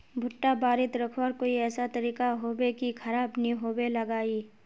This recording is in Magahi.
भुट्टा बारित रखवार कोई ऐसा तरीका होबे की खराब नि होबे लगाई?